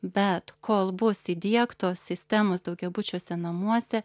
bet kol bus įdiegtos sistemos daugiabučiuose namuose